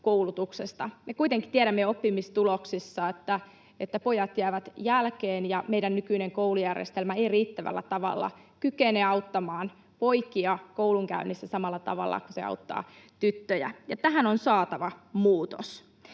Me kuitenkin tiedämme oppimistuloksista, että pojat jäävät jälkeen ja meidän nykyinen koulujärjestelmä ei riittävällä tavalla kykene auttamaan poikia koulunkäynnissä samalla tavalla kuin se auttaa tyttöjä, ja tähän on saatava muutos.